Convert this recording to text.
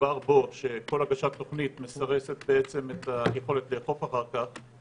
שדובר בו שכל הגשת תוכנית מסרסת בעצם את היכולת לאכוף אחר כך,